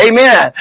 Amen